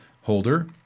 holder